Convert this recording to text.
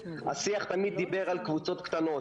השיח תמיד דיבר על קבוצות קטנות.